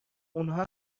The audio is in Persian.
اونها